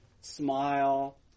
smile